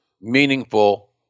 meaningful